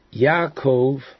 Yaakov